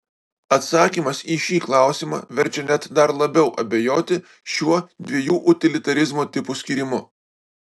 atsakymas į šį klausimą verčia net dar labiau abejoti šiuo dviejų utilitarizmo tipų skyrimu